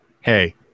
hey